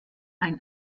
ein